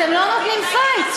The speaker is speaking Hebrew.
אתם לא נותנים "פייט".